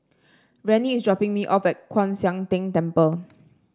Rennie is dropping me off at Kwan Siang Tng Temple